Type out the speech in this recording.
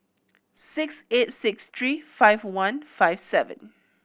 six eight six three five one five seven